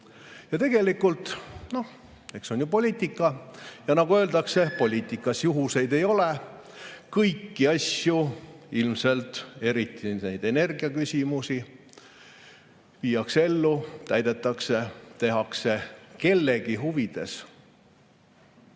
on tegelikult poliitika ja nagu öeldakse, poliitikas juhuseid ei ole. Kõiki asju, ilmselt eriti energia[lahendusi], viiakse ellu, täidetakse, tehakse kellegi huvides.